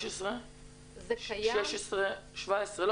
מ-2015,2016,2017?